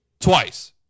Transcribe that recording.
Twice